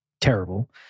terrible